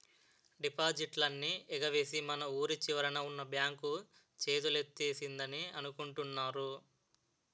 డిపాజిట్లన్నీ ఎగవేసి మన వూరి చివరన ఉన్న బాంక్ చేతులెత్తేసిందని అనుకుంటున్నారు